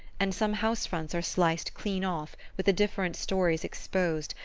and some house-fronts are sliced clean off, with the different stories exposed,